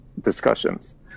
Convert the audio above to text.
discussions